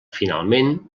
finalment